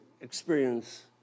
experience